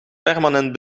permanent